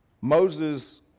Moses